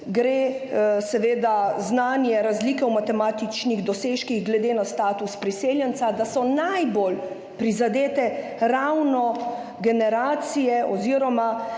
gre seveda znanje, razlike v matematičnih dosežkih glede na status priseljenca, da so najbolj prizadete ravno prve generacije,